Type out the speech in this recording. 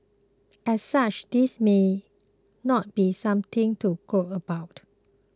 as such this may not be something to gloat about